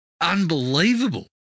unbelievable